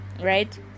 right